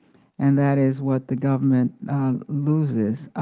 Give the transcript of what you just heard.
and that is what the government loses.